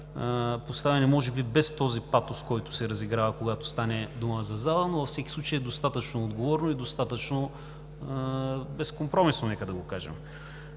поставени може би без този патос, който се разиграва, когато стане дума за залата, но във всеки случай достатъчно отговорно и достатъчно безкомпромисно, нека да го кажем.